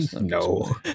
No